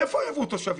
מאיפה יבואו תושבים?